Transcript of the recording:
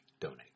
donate